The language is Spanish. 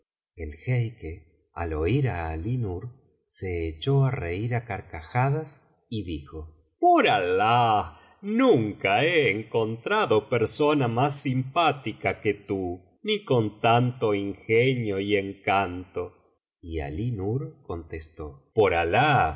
jeique al oir á alí nur se echó á reir á carcajadas y dijo por alah nunca he encontrado persona más simpática que tú ni con tanto ingenio y encanto y alí nur contestó por alah